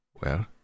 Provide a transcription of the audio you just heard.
Well